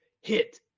hit